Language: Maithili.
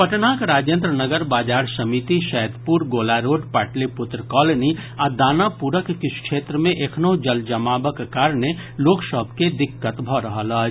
पटनाक राजेन्द्र नगर बाजार समिति सैदपुर गोलारोड पाटलिपुत्र कॉलनी आ दानापुरक किछु क्षेत्र मे एखनहुं जल जमावक कारणे लोक सभ के दिक्कत भऽ रहल अछि